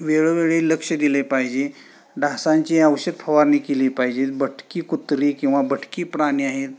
वेळोवेळी लक्ष दिले पाहिजे डासाची औषध फवारणी केली पाहिजे भटकी कुत्री किंवा भटकी प्राणी आहेत